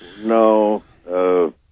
No